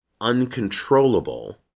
uncontrollable